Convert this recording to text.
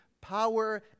power